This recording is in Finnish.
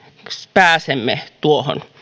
pääsemme tuohon